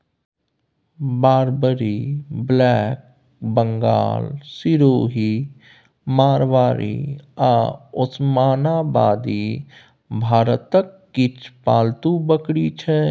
Barbari, black Bengal, Sirohi, Marwari आ ओसमानाबादी भारतक किछ पालतु बकरी छै